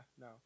No